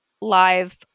live